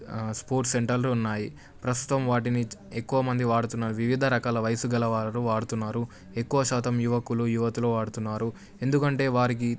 sports సెంటర్లు ఉన్నాయి ప్రస్తుతం వాటిని ఎక్కువమంది వాడుతున్నారు వివిధ రకాల వయసు గల వారు వాడుతున్నారు ఎక్కువ శాతం యువకులు యువతలు వాడుతున్నారు ఎందుకంటే వారికి